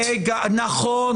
נכון.